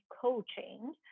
coaching